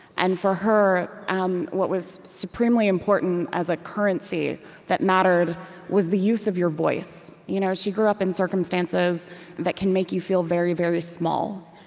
and for her, um what was supremely important as a currency that mattered was the use of your voice. you know she grew up in circumstances that can make you feel very, very small.